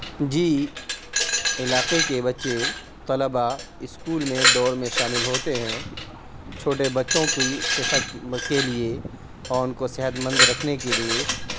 جی علاقے کے بچے طلبا اسکول میں دوڑ میں شامل ہوتے ہیں چھوٹے بچوں کی صحت کے لیے اور ان کو صحت مند رکھنے کے لیے